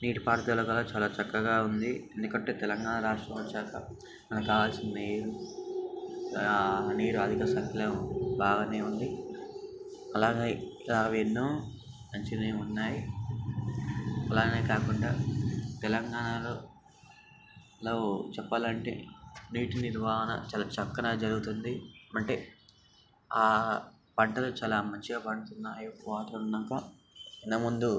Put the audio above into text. నీటిపారుదల కాడ చాలా చక్కగా ఉంది ఎందుకంటే తెలంగాణ రాష్ట్రం వచ్చాక మనకు మనకు కావాలసిన నీరు నీరు అధిక సంఖ్యలో బాగానే ఉంది అలాగే ఇలా ఎన్నో మంచివే ఉన్నాయి అలానే కాకుండా తెలంగాణలో ఇలా చెప్పాలంటే నీటి నిర్వహణ చాలా చక్కగా జరుగుతుంది అంటే ఆ పంటలు చాలా మంచిగా పండుతున్నాయో వాటర్ ఉన్నాక ఇంతక ముందు